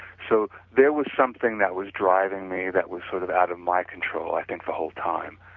so there was something that was driving me that was sort of out of my control, i think the whole time.